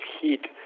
heat